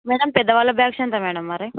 madam పెద్దవాళ్ళ bags ఎంత madam మరి